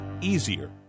easier